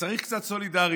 וצריך קצת סולידריות,